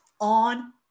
on